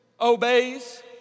obeys